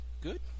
Good